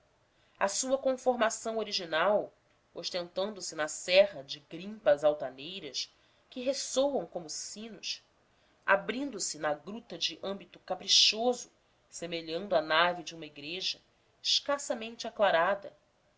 a sua conformação original ostentando se na serra de grimpas altaneiras que ressoam como sinos abrindo-se na gruta de âmbito caprichoso semelhando a nave de uma igreja escassamente aclarada